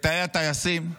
בתאי הטייסים,